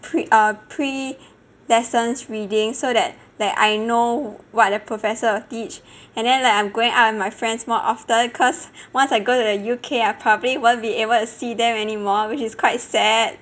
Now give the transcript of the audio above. pre uh pre lessons reading so that that I know what the professor will teach and then like I'm going out with my friends more often cause once I go to the U_K I probably won't be able to see them anymore which is quite sad